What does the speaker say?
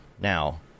Now